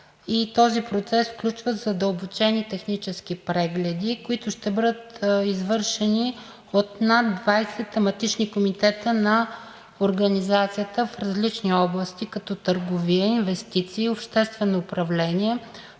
този процес включва задълбочени технически прегледи, които ще бъдат извършени от над 20 тематични комитета на Организацията в различни области, като търговия, инвестиции, обществено управление,